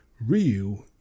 Ryu